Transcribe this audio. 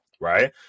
right